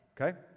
okay